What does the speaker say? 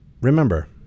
remember